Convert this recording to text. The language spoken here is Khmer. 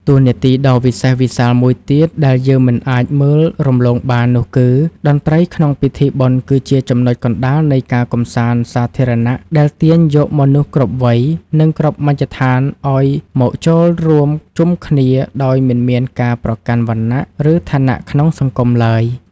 តួនាទីដ៏វិសេសវិសាលមួយទៀតដែលយើងមិនអាចមើលរំលងបាននោះគឺ តន្ត្រីក្នុងពិធីបុណ្យគឺជាចំណុចកណ្តាលនៃការកម្សាន្តសាធារណៈដែលទាញយកមនុស្សគ្រប់វ័យ និងគ្រប់មជ្ឈដ្ឋានឱ្យមកចូលរួមជុំគ្នាដោយមិនមានការប្រកាន់វណ្ណៈ ឬឋានៈក្នុងសង្គមឡើយ។